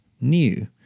new